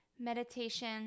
Meditation